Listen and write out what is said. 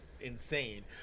insane